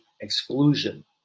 exclusion